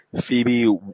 Phoebe